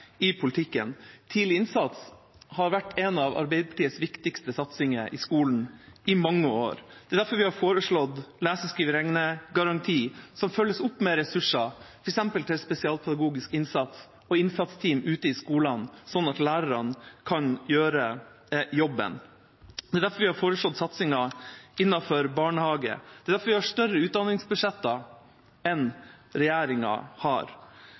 i politikken. Tidlig innsats har vært en av Arbeiderpartiets viktigste satsinger i skolen i mange år. Det er derfor vi har foreslått en lese-, skrive- og regnegaranti som følges opp med ressurser f.eks. til spesialpedagogisk innsats og innsatsteam ute i skolene, slik at lærere kan gjøre jobben. Det er derfor vi har foreslått satsingen innenfor barnehage. Det er derfor vi har større utdanningsbudsjetter enn regjeringa.